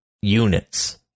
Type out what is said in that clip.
units